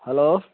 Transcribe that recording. hello